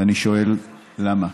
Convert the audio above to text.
ואני שואל: למה?